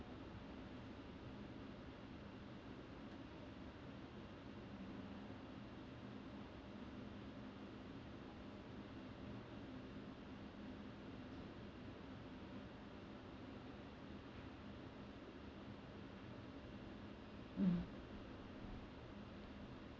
mm